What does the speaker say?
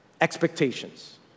expectations